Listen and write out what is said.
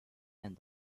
and